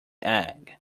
egg